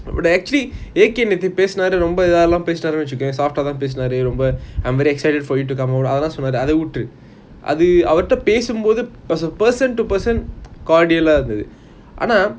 but actually நேத்து பேசுனாரு ரொம்ப இத்தலம் பேசுனாரு வெச்சிக்கோயேன்:neathu peasunaaru romba ithalam peasunaaru vechikoyean soft eh தான் பேசுனாரு ரொம்ப:thaan peasunaaru romba I'm very excited for you to come அத்தளம் சொன்னாரு அத விட்டுடு:athalam sonnaru atha vittudu person to person cardial இருந்துது ஆனா:irunthuthu aana